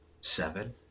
seven